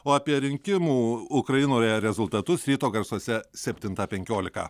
o apie rinkimų ukrainoje rezultatus ryto garsuose septintą penkiolika